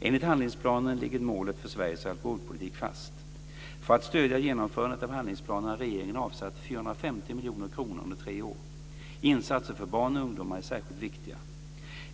Enligt handlingsplanen ligger målet för Sveriges alkoholpolitik fast. För att stödja genomförandet av handlingsplanen har regeringen avsatt 450 miljoner kronor under tre år. Insatser för barn och ungdomar är särskilt viktiga.